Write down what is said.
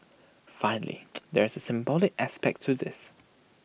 finally there is A symbolic aspect to this